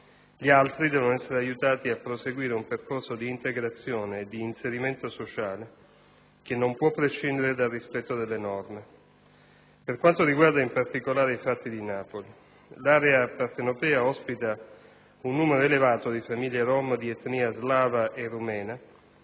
gli altri devono essere aiutati a proseguire un percorso di integrazione e di inserimento sociale che non può prescindere dal rispetto delle norme. Per quanto riguarda in particolare i fatti di Napoli, l'area partenopea ospita un numero elevato di famiglie rom di etnia slava e rumena